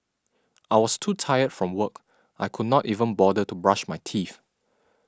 I was too tired from work I could not even bother to brush my teeth